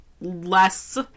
less